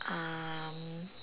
um